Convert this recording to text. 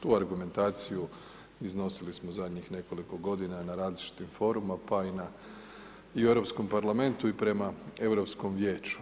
Tu argumentaciju iznosili smo zadnjih nekoliko godina na različitim forumima pa i na i u Europskom parlamentu i prema Europskom vijeću.